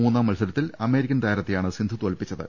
മൂന്നാം മത്സരത്തിൽ American താരത്തെയാണ് സിന്ധു തോൽപ്പിച്ചത്